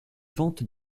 ventes